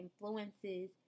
influences